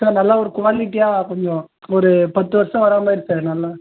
sir நல்லா ஒரு குவாலிட்டியாக கொஞ்சம் ஒரு பத்து வருஷம் வர மாதிரி சார் நல்லா